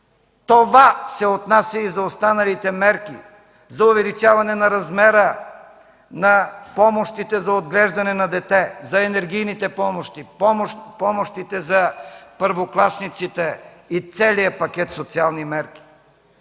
Това се отнася и за останалите мерки за увеличаване на размера на помощите за отглеждане на дете, за енергийните помощи, за помощите за първокласниците и целия пакет социални мерки.